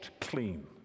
clean